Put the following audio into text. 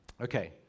okay